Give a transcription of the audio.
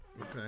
Okay